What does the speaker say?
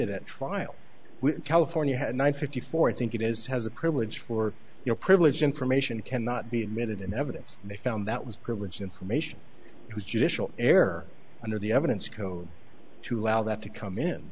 admitted at trial california had one fifty four think it is has a privilege for your privileged information cannot be admitted in evidence they found that was privileged information it was judicial error under the evidence code to allow that to come in